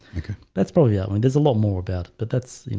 okay, that's probably yeah i mean there's a lot more about but that's you know,